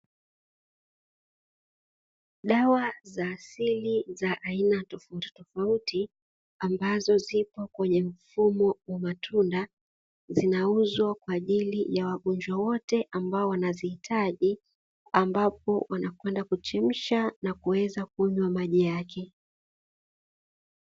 Dawa za asili za aina tofauti tofauti ambazo zipo kwenye mfumo wa matunda, zinauzwa kwa ajili ya wagonjwa wote ambao wanazihitaji ambapo wanakwenda kuchemsha na kuweza kunywa maji yake.